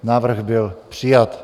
Návrh byl přijat.